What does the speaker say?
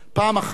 פעם אחת,